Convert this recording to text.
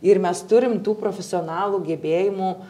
ir mes turim tų profesionalų gebėjimų